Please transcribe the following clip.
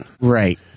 Right